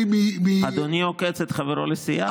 אדוני עוקץ את חברו לסיעה?